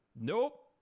nope